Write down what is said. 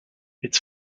its